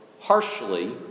harshly